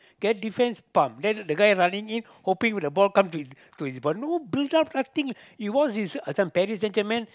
get defense pump then the guy running in hoping with the ball come to him to his body no build up nothing you watch this uh this one